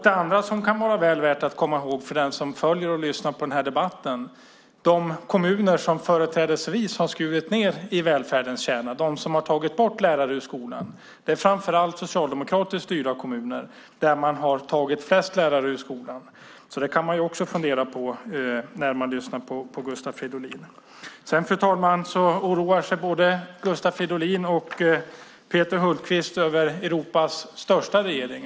Det andra som kan vara väl värt att komma ihåg för den som följer och lyssnar på den här debatten är att de kommuner som företrädesvis har skurit ned i välfärdens kärna - de som har tagit bort lärare ur skolan - är framför allt socialdemokratiskt styrda kommuner. Där har man tagit flest lärare ur skolan. Det kan man också fundera på när man lyssnar på Gustav Fridolin. Fru talman! Både Gustav Fridolin och Peter Hultqvist oroar sig över Europas största regering.